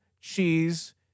cheese